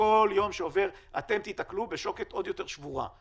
וכל יום שעובר אתם תיתקלו בשוקת עוד יותר שבורה,